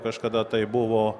kažkada tai buvo